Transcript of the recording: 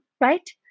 right